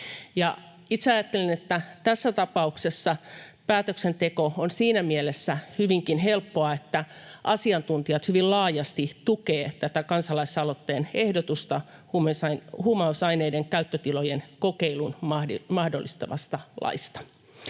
Itse ajattelen, että tässä tapauksessa päätöksenteko on siinä mielessä hyvinkin helppoa, että asiantuntijat hyvin laajasti tukevat tätä kansalaisaloitteen ehdotusta huumausaineiden käyttötilojen kokeilun mahdollistamasta laista.